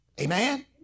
Amen